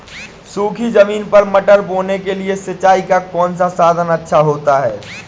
सूखी ज़मीन पर मटर बोने के लिए सिंचाई का कौन सा साधन अच्छा होता है?